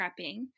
prepping